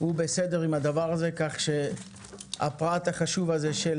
והוא בסדר עם הדבר הזה כך שהפרט החשוב הזה של